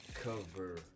cover